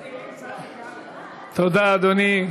תודה, אדוני.